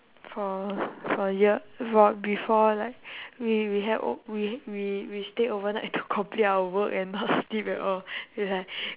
for for a year before before like we we had o~ we we we stayed overnight to complete our work and not sleep at all and like